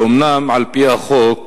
אומנם על-פי החוק